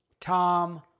Tom